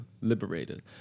liberated